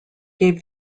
gave